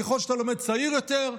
ככל שאתה לומד צעיר יותר,